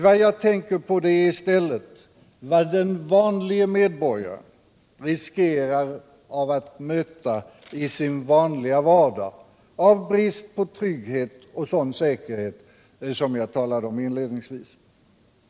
Vad jag tänker på är i stället vad den vanliga medborgaren riskerar att möta i sin vardag, av brist på sådan trygghet och säkerhet som jag nämnde inledningsvis.